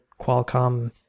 Qualcomm